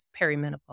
perimenopause